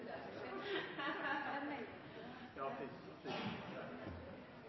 Det er vel